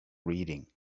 reading